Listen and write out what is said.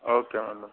okay madam